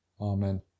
Amen